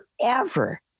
forever